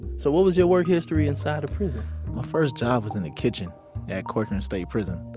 so what was your work history inside of prison? my first job was in the kitchen at corcoran state prison.